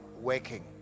working